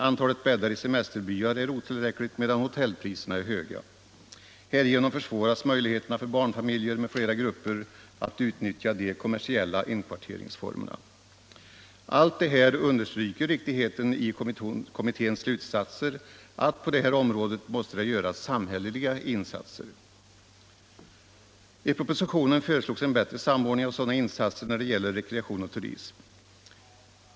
Antalet bäddar i semesterbyar är otillräckligt, medan hotellpriserna är höga. Härigenom försvåras möjligheterna för barnfamiljer m.fl. grupper att utnyttja de kommersiella inkvarteringsformerna. Allt detta understryker riktigheten i kommitténs slutsatser, att det i denna fråga måste göras samhälleliga insatser. I propositionen föreslås en bättre samordning av sådana insatser när det gäller rekreation och turism.